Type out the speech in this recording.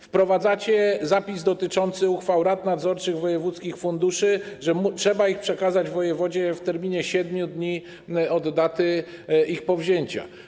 Wprowadzacie zapis dotyczący uchwał rad nadzorczych wojewódzkich funduszy, że trzeba je przekazać wojewodzie w terminie 7 dni od daty ich powzięcia.